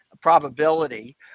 probability